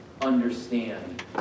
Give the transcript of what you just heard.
understand